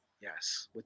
Yes